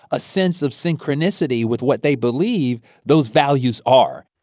a sense of synchronicity with what they believe those values are